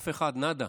אף אחד, נאדה.